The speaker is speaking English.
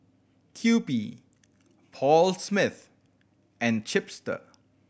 Kewpie Paul Smith and Chipster